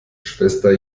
schwester